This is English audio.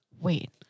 wait